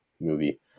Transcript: movie